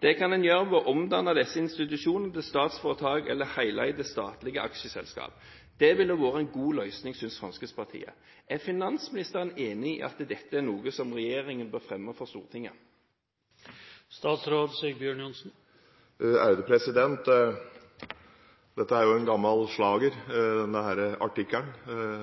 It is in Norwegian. Det kan man gjøre ved å omdanne disse institusjonene til statsforetak eller heleide statlige aksjeselskap. Det ville vært en god løsning, synes Fremskrittspartiet. Er finansministeren enig i at dette er noe regjeringen bør fremme for Stortinget? Denne artikkelen er blitt en gammel slager,